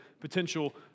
potential